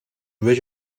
ridge